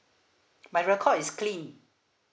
my record is clean